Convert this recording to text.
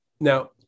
Now